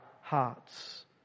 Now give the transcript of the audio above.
hearts